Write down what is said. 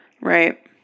right